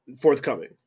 forthcoming